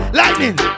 lightning